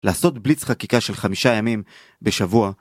לעשות בליץ חקיקה של חמישה ימים בשבוע.